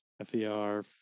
F-E-R-